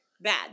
Bad